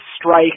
strike